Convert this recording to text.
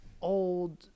old